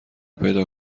پیدا